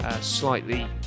Slightly